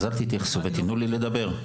אז אל תתייחסו ותיתנו לי לדבר,